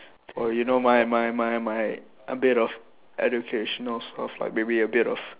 for you know my my my my a bit of educational stuff like maybe a bit of